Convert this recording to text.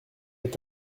est